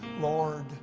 Lord